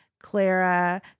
Clara